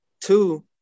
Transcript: Two